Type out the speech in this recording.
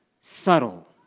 subtle